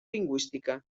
lingüística